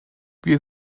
wir